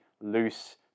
loose